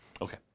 Okay